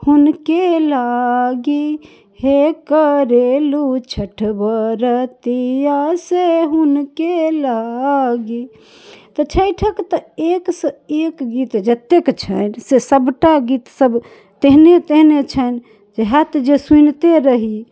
हुनके लागी हे करेलू छठ बरतिआ से हुनके लागे तऽ छठिके तऽ एकसँ एक गीत जतेक छनि से सबटा गीतसब तेहने तेहने छनि जे हैत जे सुनिते रही